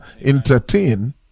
entertain